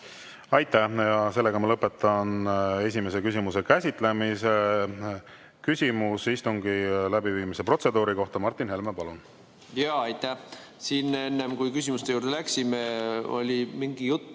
Aitäh! Sellega ma lõpetan esimese küsimuse käsitlemise. Küsimus istungi läbiviimise protseduuri kohta. Martin Helme, palun! Jaa, aitäh! Siin enne, kui küsimuste juurde läksime, oli mingi jutt,